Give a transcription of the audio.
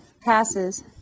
passes